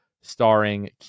starring